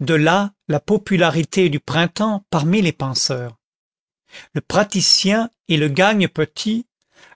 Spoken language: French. de là la popularité du printemps parmi les penseurs le patricien et le gagne petit